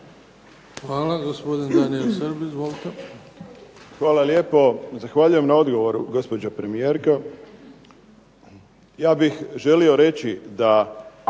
Hvala. Gospodin Daniel Srb, izvolite.